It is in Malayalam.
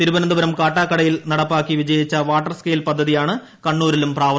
തിരുവനന്തപുരം കാട്ടാക്കടയിൽ നടപ്പാക്കി വിജയിച്ച വാട്ടർസ്കെയിൽ പദ്ധതിയാണ് കണ്ണൂരിലും പ്രാവർത്തികമാക്കുന്നത്